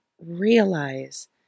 realize